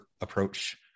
approach